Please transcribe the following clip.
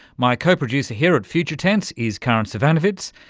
my co-producer here at future tense is karin zsivanovits,